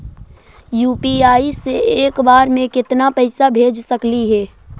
UPI से एक बार मे केतना पैसा भेज सकली हे?